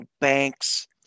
banks